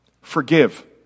Forgive